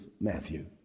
Matthew